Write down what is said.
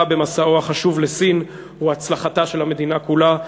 במסעו החשוב לסין היא הצלחתה של המדינה כולה,